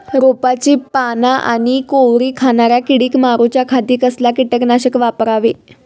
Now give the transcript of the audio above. रोपाची पाना आनी कोवरी खाणाऱ्या किडीक मारूच्या खाती कसला किटकनाशक वापरावे?